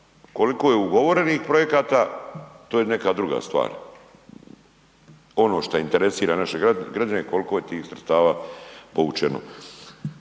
Koliko je ugovorenih projekata, to je neka druga stvar. Ono što interesira naše građane koliko je tih sredstava povučeno.